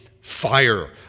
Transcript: fire